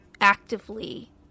actively